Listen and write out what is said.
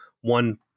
one